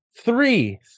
Three